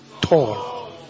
tall